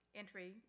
entry